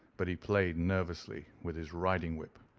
but he played nervously with his riding-whip.